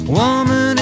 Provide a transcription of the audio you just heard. woman